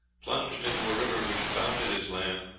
plunged into a river which bounded his land,